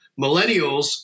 Millennials